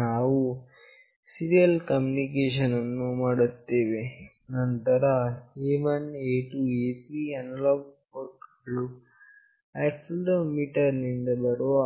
ನಾವು serial communication ಅನ್ನು ಮಾಡುತ್ತೇವೆ ನಂತರ A1 A2 A3 analog port ಗಳು ಆಕ್ಸೆಲೆರೋಮೀಟರ್ ನಿಂದ ಬರುವ